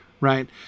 Right